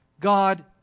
God